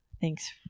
thanks